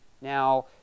Now